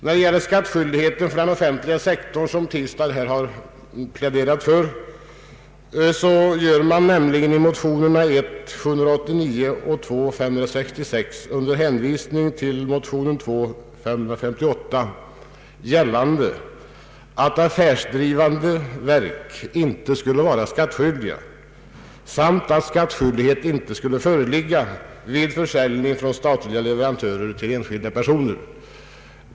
När det gäller skattskyldigheten för den offentliga sektorn, som herr Tistad här har pläderat för, gör man nämligen i motionerna 1I:789 och II:566 under hänvisning till motionen II: 558 gällande, att affärsdrivande verk inte skulle vara skattskyldiga samt att skattskyldighet inte skulle föreligga vid försäljning från statliga leverantörer till enskilda personer.